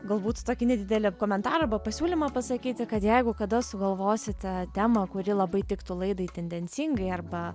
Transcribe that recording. galbūt tokį nedidelį komentarą arba pasiūlymą pasakyti kad jeigu kada sugalvosite temą kuri labai tiktų laidai tendencingai arba